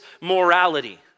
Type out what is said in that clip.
morality